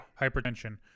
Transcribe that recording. hypertension